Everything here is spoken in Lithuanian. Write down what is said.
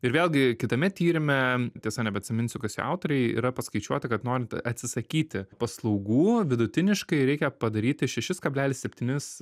ir vėlgi kitame tyrime tiesa nebeatsiminsiu kas jo autoriai yra paskaičiuota kad norint atsisakyti paslaugų vidutiniškai reikia padaryti šešis kablelis septynis